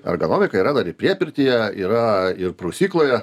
ergonomika yra dar ir priepirtyje yra ir prausykloje